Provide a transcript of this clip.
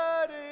ready